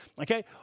okay